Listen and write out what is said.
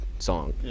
Song